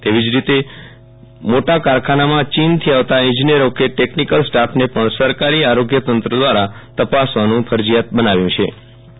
તેવી જ રીતે મોટા કારખાનામાં ચીનથી આવતા ઈજનેરી કે ટેકનીકલ સ્ટાફને પણ સરકારી આરોગ્યતંત્ર દ્રારા તપાસવાનું ફરજીયાત બનાવ્યુ છે વિરલ રાણા એલ